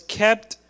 kept